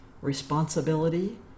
responsibility